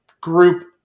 group